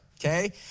Okay